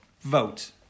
vote